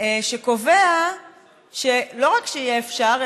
שקובע שלא רק שיהיה אפשר,